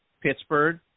Pittsburgh